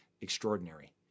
extraordinary